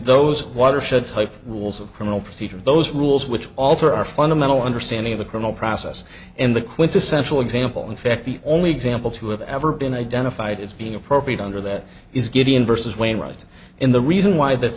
those watershed type rules of criminal procedure those rules which alter our fundamental understanding of the criminal process and the quintessential example in fact the only example to have ever been identified as being appropriate under that is gideon versus wainwright in the reason why th